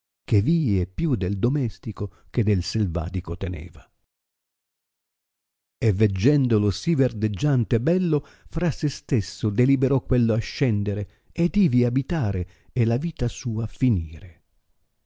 che vie più del domestico che del salvatico teneva e veggendolo si verdeggiante e bello fra se stesso deliberò quello ascendere ed ivi abitare e la vita sua finire